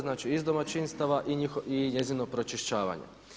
Znači iz domaćinstava i njezino pročišćavanje.